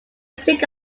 sick